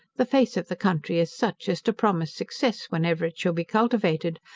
the face of the country is such, as to promise success whenever it shall be cultivated,